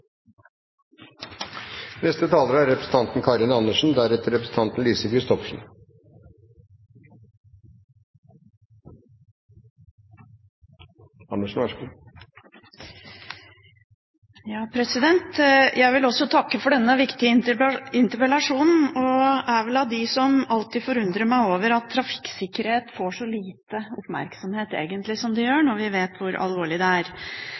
Jeg vil også takke for denne viktige interpellasjonen. Jeg er vel av dem som alltid forundrer seg over at trafikksikkerhet får så liten oppmerksomhet som det egentlig gjør – når vi vet hvor alvorlig det er.